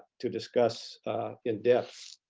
to discuss in depth.